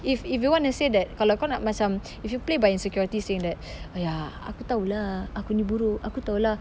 if if you want to say that kalau kau nak macam if you play by insecurity saying that !aiya! aku tahu lah aku ni buruk aku tahu lah